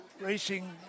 racing